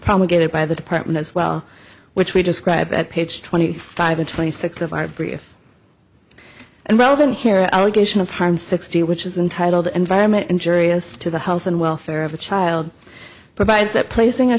promulgated by the department as well which we describe at page twenty five and twenty six of our brief and relevant here are allegation of harm sixty which is intitled environment injurious to the health and welfare of the child provides that placing a